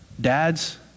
dads